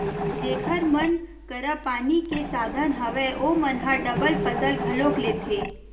जेखर मन करा पानी के साधन हवय ओमन ह डबल फसल घलोक लेथे